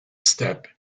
step